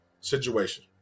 situation